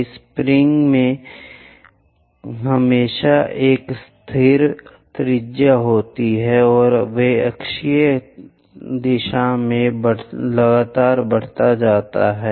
इन springs में हमेशा एक स्थिर त्रिज्या होता है और वे अक्षीय दिशा में लगातार बढ़ रहे हैं